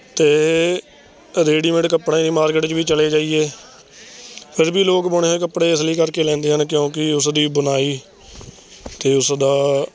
ਅਤੇ ਰੇਡੀਮੇਡ ਕੱਪੜੇ ਦੀ ਮਾਰਕੀਟ 'ਚ ਵੀ ਚਲੇ ਜਾਈਏ ਫਿਰ ਵੀ ਲੋਕ ਬੁਣੇ ਹੋਏ ਕੱਪੜੇ ਇਸ ਲਈ ਕਰਕੇ ਲੈਂਦੇ ਹਨ ਕਿਉਂਕਿ ਉਸ ਦੀ ਬੁਣਾਈ ਅਤੇ ਉਸ ਦਾ